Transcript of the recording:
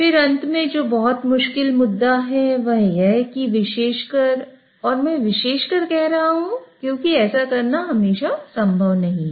फिर अंत में जो बहुत मुश्किल मुद्दा है वह यह है कि विशेषकर और मैं विशेषकर कह रहा हूं क्योंकि ऐसा करना हमेशा संभव नहीं है